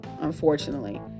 Unfortunately